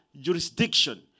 jurisdiction